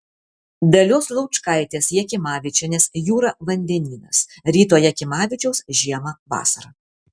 dalios laučkaitės jakimavičienės jūra vandenynas ryto jakimavičiaus žiemą vasarą